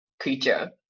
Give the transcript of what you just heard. Creature